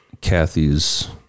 Kathy's